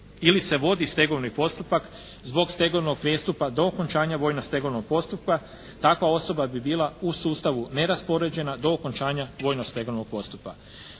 ili se vodi stegovni postupak zbog stegovnog prijestupa do okončanja vojno stegovnog postupka. Takva osoba bi bila u sustavu neraspoređena do okončanja vojno stegovnog postupka.